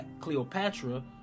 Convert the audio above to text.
Cleopatra